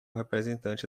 representante